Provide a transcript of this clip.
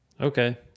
Okay